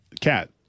cat